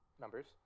numbers